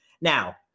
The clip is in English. Now